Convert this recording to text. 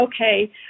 okay